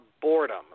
boredom